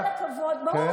עם כל הכבוד, ברור.